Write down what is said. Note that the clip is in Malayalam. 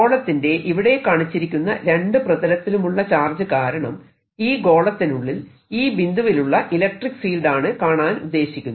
ഗോളത്തിന്റെ ഇവിടെ കാണിച്ചിരിക്കുന്ന രണ്ടു പ്രതലത്തിലുമുള്ള ചാർജ് കാരണം ഈ ഗോളത്തിനുള്ളിൽ ഈ ബിന്ദുവിലുള്ള ഇലക്ട്രിക്ക് ഫീൽഡ് ആണ് കാണാൻ ഉദ്ദേശിക്കുന്നത്